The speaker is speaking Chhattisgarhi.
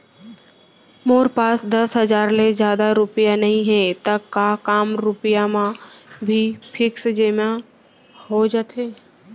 मोर पास दस हजार ले जादा रुपिया नइहे त का कम रुपिया म भी फिक्स जेमा हो जाथे?